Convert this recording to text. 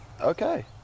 Okay